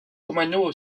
kumano